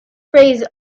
phase